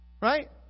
right